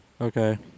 Okay